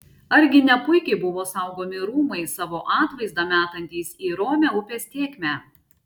argi ne puikiai buvo saugomi rūmai savo atvaizdą metantys į romią upės tėkmę